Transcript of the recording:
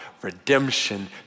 redemption